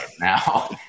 now